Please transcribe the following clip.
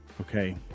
Okay